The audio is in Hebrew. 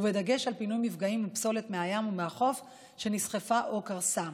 בדגש על פינוי מפגעים ופסולת מהים ומהחוף שנסחפה או קרסה,